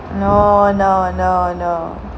no no no no